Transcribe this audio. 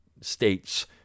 states